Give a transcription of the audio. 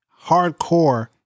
hardcore